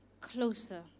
closer